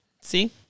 See